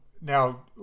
now